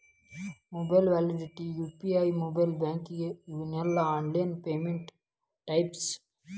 mobile wallet UPI mobile banking ಇವೆಲ್ಲ online payment types